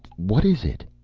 what is it?